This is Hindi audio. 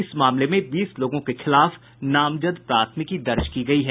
इस मामले में बीस लोगों के खिलाफ नामजद प्राथमिकी दर्ज की गयी है